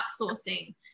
outsourcing